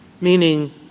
meaning